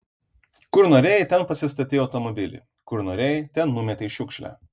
kur norėjai ten pasistatei automobilį kur norėjai ten numetei šiukšlę